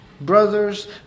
brothers